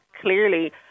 Clearly